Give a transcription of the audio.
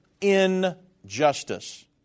injustice